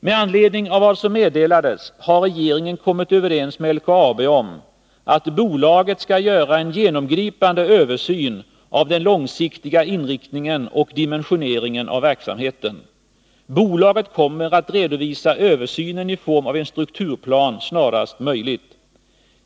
Med anledning av vad som meddelades har regeringen kommit överens med LKAB om att bolaget skall göra en genomgripande översyn av den långsiktiga inriktningen och dimensioneringen av verksamheten. Bolaget kommer att redovisa översynen i form av en strukturplan snarast möjligt.